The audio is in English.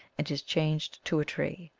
and is changed to a tree.